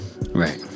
Right